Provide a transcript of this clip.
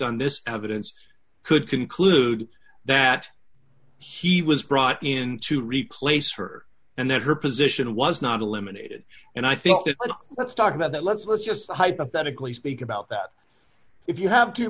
on this evidence could conclude that he was brought in to replace for and that her position was not eliminated and i think that let's talk about that let's let's just hypothetically speak about that if you have t